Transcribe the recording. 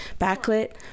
backlit